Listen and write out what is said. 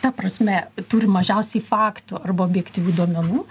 ta prasme turim mažiausiai faktų arba objektyvių duomenų